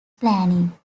planning